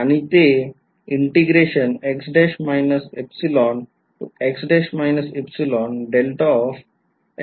आणि ते असे होईल बरोबर